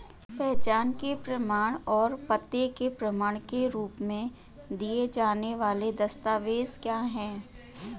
पहचान के प्रमाण और पते के प्रमाण के रूप में दिए जाने वाले दस्तावेज क्या हैं?